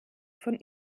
von